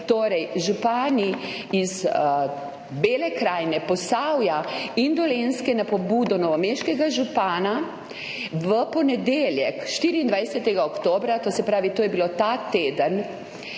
torej župani iz Bele krajine, Posavja in Dolenjske, na pobudo novomeškega župana v ponedeljek, 24. oktobra, to se pravi, to je bilo ta teden,